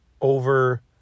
over